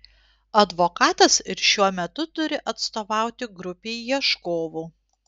advokatas ir šiuo metu turi atstovauti grupei ieškovų